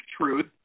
truth